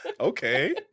okay